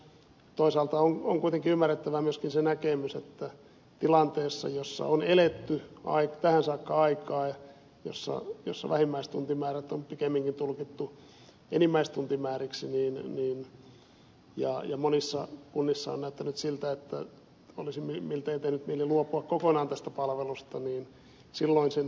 toisaalta on kuitenkin ymmärrettävä myöskin se näkemys että tilanteessa jossa on eletty tähän saakka aikaa jossa vähimmäistuntimäärät on pikemminkin tulkittu enimmäistuntimääriksi ja monissa kunnissa on näyttänyt siltä että olisi miltei tehnyt mieli luopua kokonaan tästä palvelusta sen ed